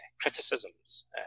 criticisms